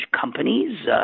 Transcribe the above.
companies